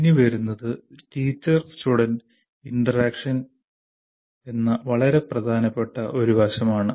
ഇനി വരുന്നത് teacher student interaction എന്ന വളരെ പ്രധാനപ്പെട്ട ഒരു വശം ആണ്